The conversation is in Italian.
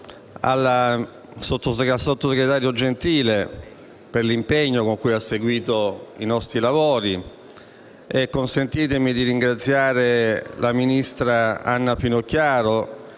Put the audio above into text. e anche il sottosegretario Gentile, per l'impegno con cui ha seguito i nostri lavori. Consentitemi inoltre di ringraziare la ministra Anna Finocchiaro